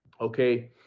okay